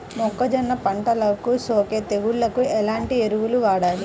మొక్కజొన్న పంటలకు సోకే తెగుళ్లకు ఎలాంటి ఎరువులు వాడాలి?